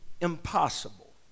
impossible